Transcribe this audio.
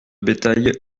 bétail